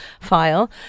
file